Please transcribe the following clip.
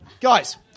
guys